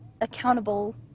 accountable